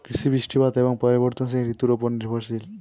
কৃষি বৃষ্টিপাত এবং পরিবর্তনশীল ঋতুর উপর নির্ভরশীল